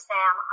Sam